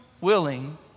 willing